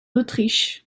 autriche